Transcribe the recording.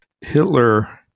Hitler